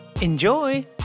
Enjoy